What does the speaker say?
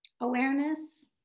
awareness